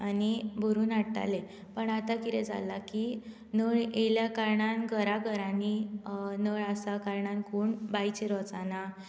आनी भरून हाडटाले पण आतां कितें जालां की नळ आयिल्ल्या कारणान घरा घरांनी नळ आसल्या कारणान कोण बांयचेर वचना